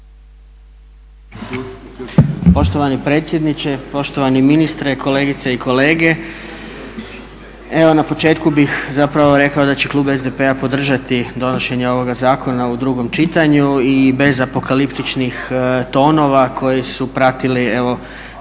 Poštovani predsjedniče, poštovani ministre, kolegice i kolege. Evo na početku bih rekao da će klub SDP-a podržati donošenje ovog zakona u drugom čitanju i bez apokaliptičnih tonova koje su pratili prethodnu